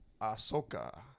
Ahsoka